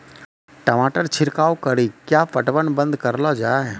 टमाटर छिड़काव कड़ी क्या पटवन बंद करऽ लो जाए?